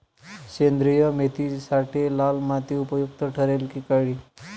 सेंद्रिय मेथीसाठी लाल माती उपयुक्त ठरेल कि काळी?